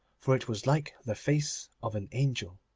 for it was like the face of an angel.